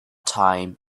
time